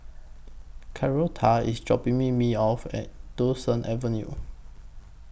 Carlotta IS dropping Me Me off At Duchess Avenue